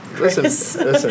Listen